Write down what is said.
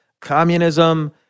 communism